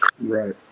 Right